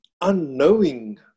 unknowing